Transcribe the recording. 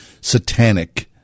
satanic